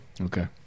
okay